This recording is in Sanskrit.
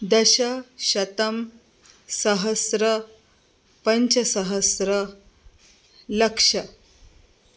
दश शतं सहस्रं पञ्चसहस्रं लक्षम्